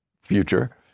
future